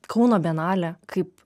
kauno bienalė kaip